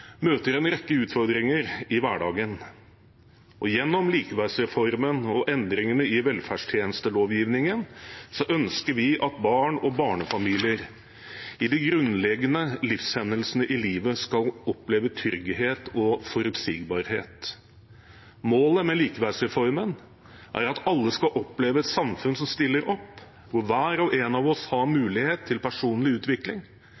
møter en rekke utfordringer i hverdagen. Gjennom likeverdsreformen og endringene i velferdstjenestelovgivningen ønsker vi at barn og barnefamilier i de grunnleggende livshendelsene i livet skal oppleve trygghet og forutsigbarhet. Målet med likeverdsreformen er at alle skal oppleve et samfunn som stiller opp, hvor hver og en av oss har mulighet til personlig utvikling,